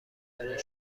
دارید